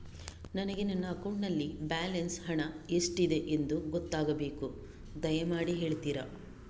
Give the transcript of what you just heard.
ನನಗೆ ನನ್ನ ಅಕೌಂಟಲ್ಲಿ ಬ್ಯಾಲೆನ್ಸ್ ಹಣ ಎಷ್ಟಿದೆ ಎಂದು ಗೊತ್ತಾಗಬೇಕು, ದಯಮಾಡಿ ಹೇಳ್ತಿರಾ?